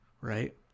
right